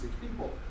people